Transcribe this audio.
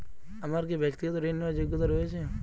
আমার কী ব্যাক্তিগত ঋণ নেওয়ার যোগ্যতা রয়েছে?